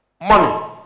Money